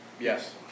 Yes